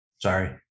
Sorry